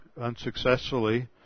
unsuccessfully